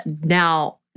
Now